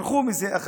ברחו מזה.